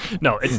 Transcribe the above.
No